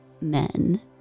men